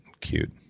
cute